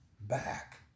back